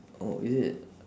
oh is it